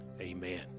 amen